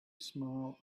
smile